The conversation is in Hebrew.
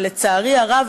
שלצערי הרב,